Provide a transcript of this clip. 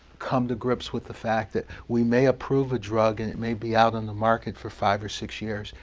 come to grips with the fact that we may approve a drug and it may be out on the market for five or six years,